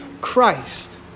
Christ